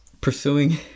pursuing